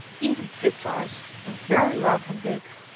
even kit's eyes were very round and big.